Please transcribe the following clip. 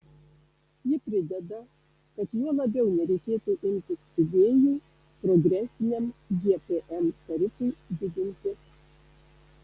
ji prideda kad juo labiau nereikėtų imtis idėjų progresiniam gpm tarifui didinti